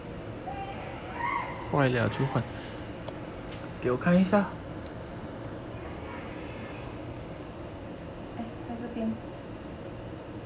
eh 在这边